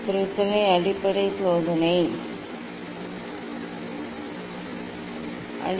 ப்ரிஸில் அடிப்படையில் சோதனை 2